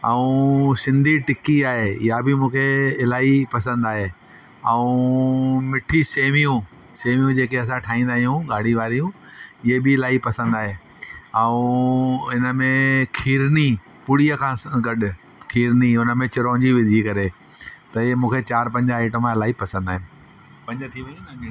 ऐं सिंधी टिकी आहे इहा बि मूंखे इलाही पसंदि आहे ऐं मिठी सेवियूं सयूं जेकी असां ठाहींदा आहियूं ॻाढ़ी वारियूं इहे बि इलाही पसंदि आहे ऐं इन में खीरणी पुड़ीअ सां गॾु खीरणी उन में चिरौंजी विझी करे त मूंखे चार पंज आइटम इलाही पसंदि आहिनि पंज थी वयूं न